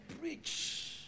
preach